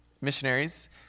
missionaries